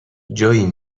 جویی